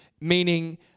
Meaning